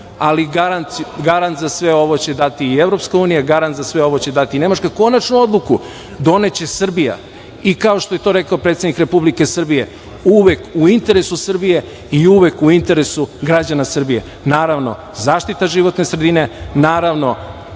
ali garant za sve ovo će dati Evropska unija, garant za sve ovo će dati i Nemačka. Konačnu odluku doneće Srbija. I kao što je to rekao predsednik Republike Srbije, uvek u interesu Srbije i uvek u interesu građana Srbije. Naravno, zaštita životne sredine, naravno,